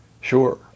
Sure